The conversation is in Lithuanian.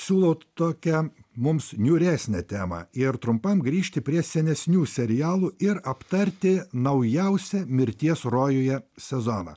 siūlau tokią mums niūresnę temą ir trumpam grįžti prie senesnių serialų ir aptarti naujausią mirties rojuje sezoną